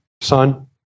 Son